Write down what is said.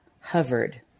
hovered